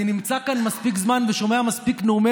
אני נמצא כאן מספיק זמן ושומע מספיק נאומי